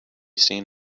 seen